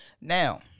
Now